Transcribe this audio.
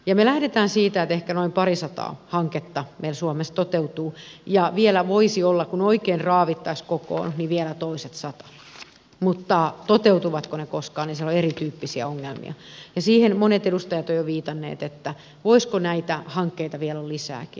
me lähdemme siitä että ehkä noin parisataa hanketta meillä suomessa toteutuu ja vielä voisi olla kun oikein raavittaisiin kokoon vielä toiset sata mutta toteutuvatko ne koskaan siellä on erityyppisiä ongelmia ja monet edustajat ovat jo viitanneet siihen voisiko näitä hankkeita vielä olla lisääkin